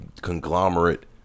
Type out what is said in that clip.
conglomerate